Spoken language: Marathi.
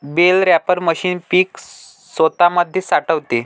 बेल रॅपर मशीन पीक स्वतामध्ये साठवते